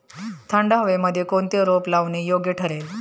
थंड हवेमध्ये कोणते रोप लावणे योग्य ठरेल?